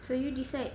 so you decide